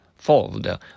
fold